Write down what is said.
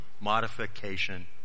modification